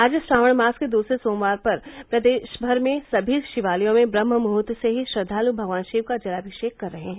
आज श्रावण मास के दूसरे सोमवार पर प्रदेश भर के समी शिवालयों मे ब्रम्हमुहूर्त से ही श्रद्वालु भगवान शिव का जलामिषेक कर रहे है